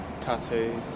tattoos